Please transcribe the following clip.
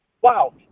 wow